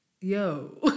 yo